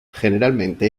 generalmente